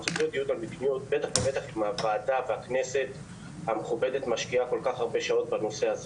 הוא צריך להיות דיון על מדיניות כי הכנסת משקיעה הרבה שעות בנושא.